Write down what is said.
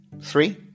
Three